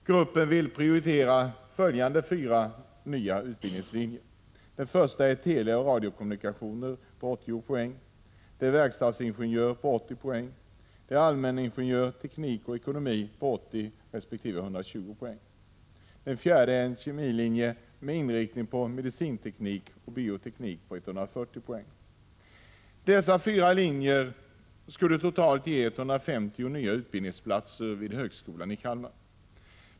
Gruppen vill prioritera följande fyra nya utbildningslinjer: Dessa fyra linjer skulle totalt ge 150 nya utbildningsplatser vid högskolan i Kalmar.